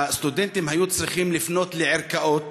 הסטודנטים היו צריכים לפנות לערכאות,